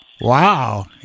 Wow